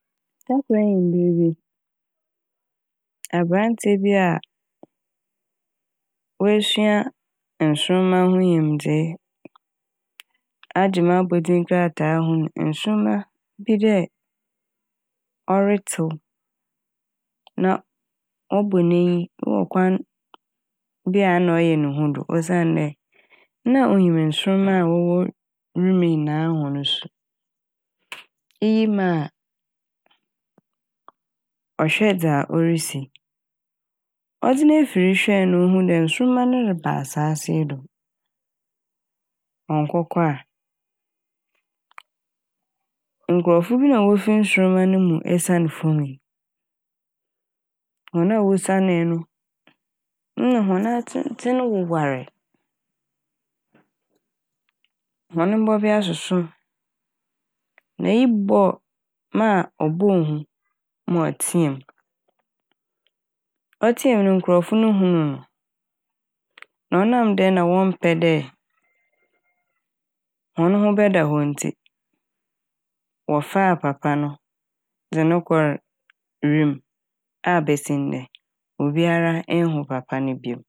Da kor enyimber bi aberantsɛ bi a oesua nsroma ho nyimdzee agye m' abɔdzin krataa ho- ohu nsroma bi dɛ ɔretsew na ɔ - ɔbɔ n'enyi wɔ kwan bi a na ɔyɛ ne hu do osiandɛ na onyim nsroma a ɔwɔ wim' nyinaa hɔn su. iyi maa ɔhwɛɛ dza orisi. Ɔdze n'efir hwɛɛ na ohuu dɛ nsroma no reba asaase yi do ɔnkɔkɔ a nkorɔfo bi na wofi nsroma ne mu esian famu yi. Hɔn a wosianee no nna hɔn atsentsen wowaree hɔn bɔbea soso. Na iyi bɔ - maa ɔbɔɔ hu ma ɔtsea m', ɔtsea m' no nkorɔfo no hun no na ɔnam dɛ na wɔmmpɛ dɛ hɔn ho bɛda hɔ ntsi wɔfaa papa no dze no kɔr wim' a besi ndɛ obiara ennhu papa ne biom.